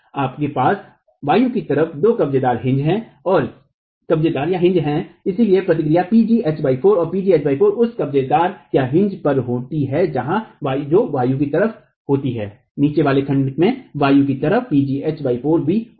आपके पास वायु की तरफ दो कब्जेदारहिन्ज है और इसलिए प्रतिक्रियाएं pg h 4 और pg h 4 उस कब्जेदारहिन्जकाज पर होती हैं जो वायु की तरफ होती हैं नीचे वाले खंड में वायु की तरफ pg h 4 भी होगा